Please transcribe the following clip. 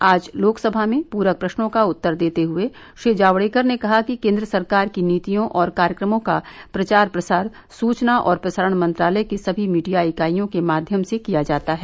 आज लोकसभा में प्रक प्रस्नों का उत्तर देते हुए श्री जावड़ेकर ने कहा कि केंद्र सरकार की नीतियों और कार्यक्रमों का प्रचार प्रसार सूचना और प्रसारण मंत्रालय के सभी मीडिया इकाईयों के माध्यम से किया जाता है